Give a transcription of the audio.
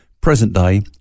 present-day